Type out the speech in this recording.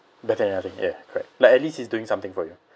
nothing nothing ya correct like at least it's doing something for you